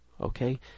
Okay